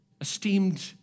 esteemed